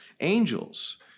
angels